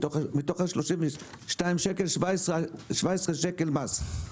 מתוך 32 השקלים 17 שקלים מס.